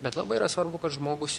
bet labai yra svarbu kad žmogus